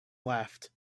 laughed